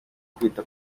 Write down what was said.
kwita